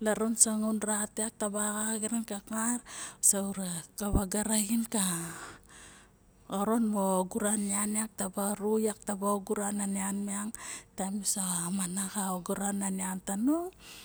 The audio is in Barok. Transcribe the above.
larun sangaun rat vak taba oxa xa kar so ura vaga raxin ka xoron mo oguran taba ru yak kava oguran a nian